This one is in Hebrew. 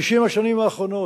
60 השנים האחרונות,